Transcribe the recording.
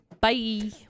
Bye